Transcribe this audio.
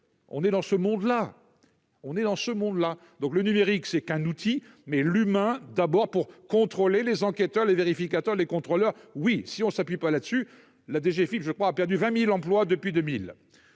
on est dans ce monde là, donc, le numérique, c'est qu'un outil, mais l'humain d'abord, pour contrôler les enquêteurs les vérificateurs les contrôleurs oui si on s'appuie pas là-dessus la DGFIP, je crois, a perdu 20000 emplois depuis 2000,